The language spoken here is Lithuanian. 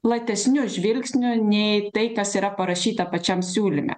platesniu žvilgsniu nei tai kas yra parašyta pačiam siūlyme